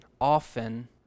often